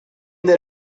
that